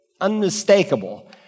unmistakable